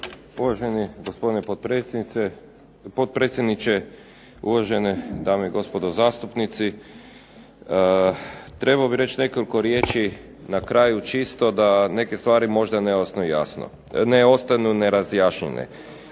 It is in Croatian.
Uvaženi gospodine potpredsjedniče, uvažene dame i gospodo zastupnici. Trebao bi reći nekoliko riječi na kraju čisto da neke stvari ne ostanu ne razjašnjene.